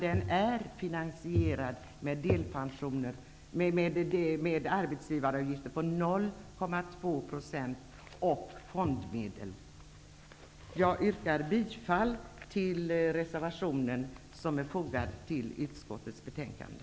Den är finansierad med arbetsgivaravgifter på 0,2 % och fondmedel. Jag yrkar bifall till reservationen som är fogad till utskottets betänkande.